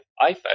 iPhone